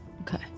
Okay